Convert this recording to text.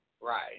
right